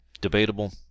Debatable